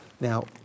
Now